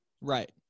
right